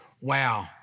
Wow